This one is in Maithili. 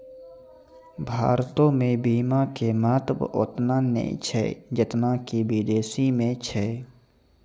भारतो मे बीमा के महत्व ओतना नै छै जेतना कि विदेशो मे छै